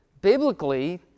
biblically